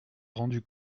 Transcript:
rendu